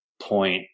point